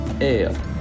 Air